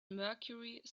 mercury